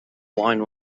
wine